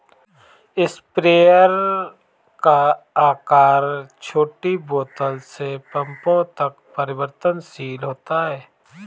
sprayer का आकार छोटी बोतल से पंपों तक परिवर्तनशील होता है